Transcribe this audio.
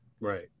Right